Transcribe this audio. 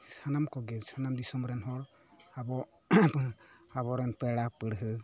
ᱥᱟᱱᱟᱢ ᱠᱚᱜᱮ ᱥᱟᱱᱟᱢ ᱫᱤᱥᱚᱢ ᱨᱮᱱ ᱦᱚᱲ ᱟᱵᱚ ᱟᱵᱚ ᱨᱮᱱ ᱯᱮᱲᱟ ᱯᱟᱹᱲᱦᱟᱹ